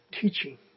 teaching